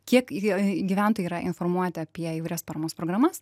kiek ji e gyventojai yra informuoti apie įvairias paramos programas